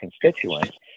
constituents